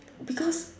because